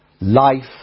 Life